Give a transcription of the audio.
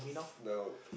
f~ nope